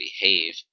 behave